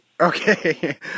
Okay